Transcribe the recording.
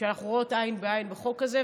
שאנחנו רואות עין בעין את חוק הזה,